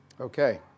Okay